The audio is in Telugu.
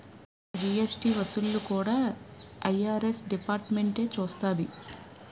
జీఎస్టీ వసూళ్లు కూడా ఐ.ఆర్.ఎస్ డిపార్ట్మెంటే చూస్తాది